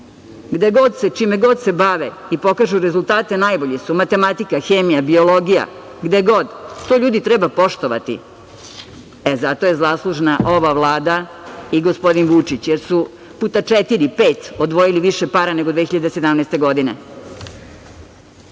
Gde god i čime god se bave i pokažu rezultate, najbolji su – matematika, hemija, biologija, gde god. To, ljudi, treba poštovati.E, zato je zaslužna ova Vlada i gospodin Vučić, jer su puta četiri, pet odvojili više para nego 2017. godine.